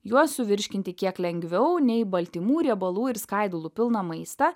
juos suvirškinti kiek lengviau nei baltymų riebalų ir skaidulų pilną maistą